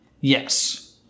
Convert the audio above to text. Yes